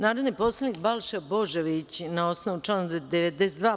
Narodni poslanik Balša Božović, na osnovu člana 92.